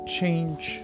change